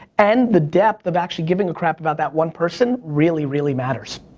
and the depth of actually giving a crap about that one person, really, really matters.